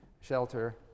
shelter